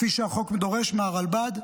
כפי שהחוק דורש מהרלב"ד.